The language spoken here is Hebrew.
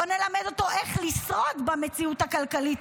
בואו נלמד אותו איך לשרוד במציאות הכלכלית